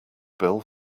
bill